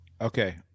Okay